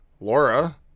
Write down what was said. Laura